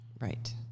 Right